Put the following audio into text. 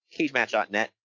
CageMatch.net